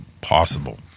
possible